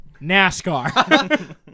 NASCAR